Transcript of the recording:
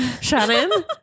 Shannon